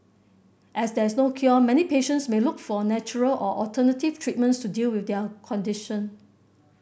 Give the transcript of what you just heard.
as there is no cure many patients may look for natural or alternative treatments to deal with their condition